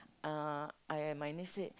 uh I my niece said